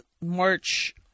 March